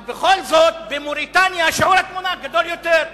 אבל בכל זאת במאוריטניה שיעור התמותה גדול יותר.